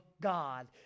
God